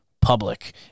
Public